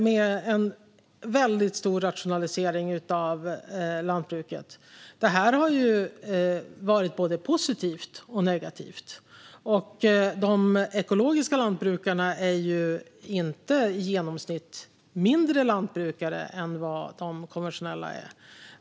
Det har skett en stor rationalisering av lantbruket. Detta har varit både positivt och negativt. De ekologiska lantbrukarna driver i genomsnitt inte mindre lantbruk än de konventionella.